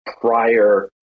prior